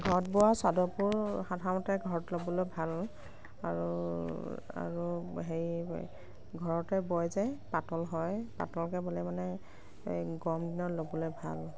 ঘৰত বোৱা চাদৰবোৰ সাধাৰণতে ঘৰত ল'বলৈ ভাল আৰু আৰু হেৰি ঘৰতে বয় যে পাতল হয় পাতলকৈ বলে মানে এই গৰম দিনত ল'বলৈ ভাল